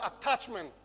attachment